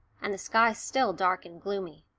and the sky still dark and gloomy.